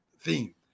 theme